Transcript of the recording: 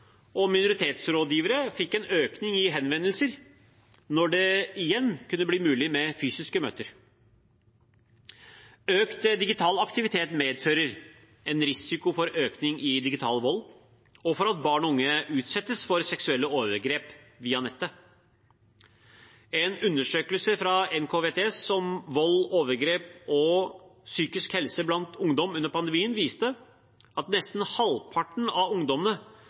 og minoritetsrådgivere fikk en økning i henvendelser når det igjen ble mulig med fysiske møter. Økt digital aktivitet medfører en risiko for økning i digital vold og for at barn og unge utsettes for seksuelle overgrep via nettet. En undersøkelse fra NKVTS om vold, overgrep og psykisk helse blant ungdom under pandemien viste at nesten halvparten av ungdommene